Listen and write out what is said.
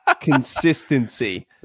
Consistency